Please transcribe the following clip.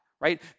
right